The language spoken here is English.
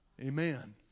Amen